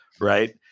right